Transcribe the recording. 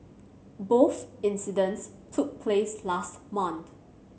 both incidents took place last month